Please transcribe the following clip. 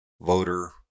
voter